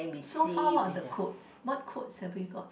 so far what are the codes what codes have we got